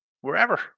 wherever